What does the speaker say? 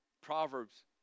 proverbs